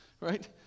right